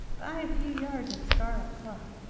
buy a few yards of scarlet cloth,